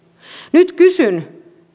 nyt kysyn